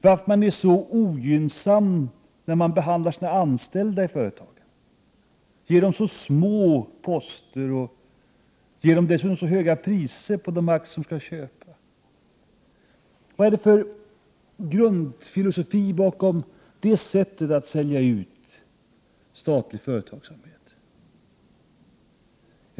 Varför är man så snål i behandlingen av sina anställda i företagen och erbjuder dem så små poster samt dessutom så höga priser på de aktier som de skall köpa? Vad är det för grundfilosofi bakom det sättet att sälja ut statlig företagsamhet?